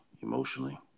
emotionally